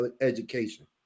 education